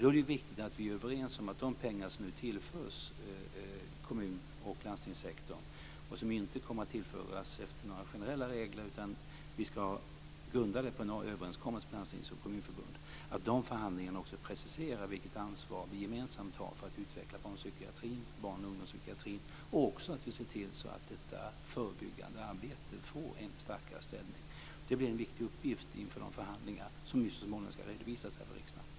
Då är det ju viktigt att vi är överens när det gäller de pengar som nu tillförs kommun och landstingssektorn, och som inte kommer att tillföras efter några generella regler utan grundas på överenskommelse med landstingsförbund och kommunförbund. Det är viktigt att de förhandlingarna också preciserar vilket ansvar vi gemensamt har för att utveckla barn och ungdomspsykiatrin. Och det är viktigt att vi ser till att detta förebyggande arbete får en starkare ställning. Det blir en viktig uppgift inför de förhandlingar som ju så småningom ska redovisas för riksdagen.